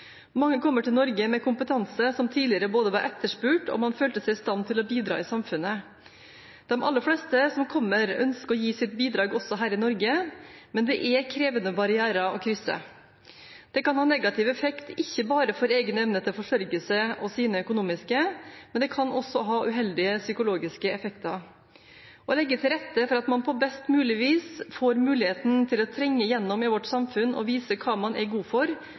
Mange kommer til Norge med kompetanse som tidligere var etterspurt, og man følte seg i stand til å bidra i samfunnet. De aller fleste som kommer, ønsker å gi sitt bidrag også her i Norge, men det er krevende barrierer å krysse. Det kan ha negativ effekt ikke bare for egen evne til å forsørge seg og sine økonomisk, men kan også ha uheldige psykologiske effekter. Å legge til rette for at man på best mulig vis får muligheten til å trenge gjennom i vårt samfunn og vise hva man er god for,